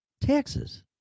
taxes